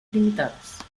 limitadas